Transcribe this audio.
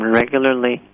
regularly